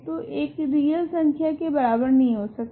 तो एक रियल संख्या I के बराबर नहीं हो सकती